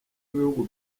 w’ibihugu